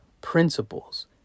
principles